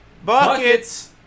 Buckets